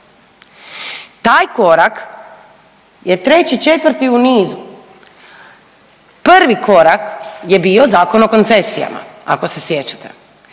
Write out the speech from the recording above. taj korak je treći, četvrti u nizu. Prvi korak je bio Zakon o koncesijama ako se sjećate,